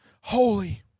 holy